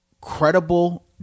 credible